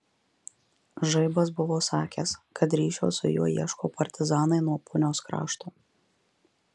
žaibas buvo sakęs kad ryšio su juo ieško partizanai nuo punios krašto